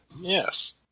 Yes